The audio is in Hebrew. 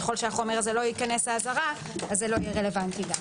ככל שהחומר הזה לא ייכנס האזהרה, לא יהיה רלוונטי.